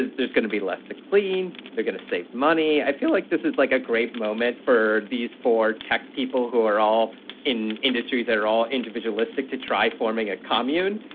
there's gonna be less to clean. they're gonna save money. i feel like this is like a great moment for these four tech people who are all in industries that are all individualistic to try forming a commune.